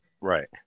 right